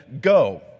go